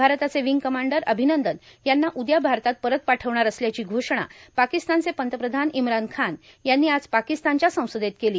भारताचे wing commander Abhinandan यांना उद्या भारतात परत पाठवणार असल्याची घोषणा पाकिस्तानचे पंतप्रधान इम्रान खान यांनी आज पाकिस्तानच्या संसदेत केली